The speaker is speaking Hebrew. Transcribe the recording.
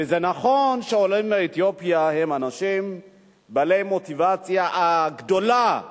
וזה נכון שעולים מאתיופיה הם אנשים בעלי מוטיבציה גדולה להיקלט,